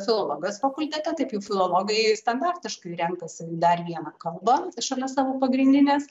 filologijos fakultete taip jau filologai standartiškai renkasi dar vieną kalbą šalia savo pagrindinės